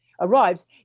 arrives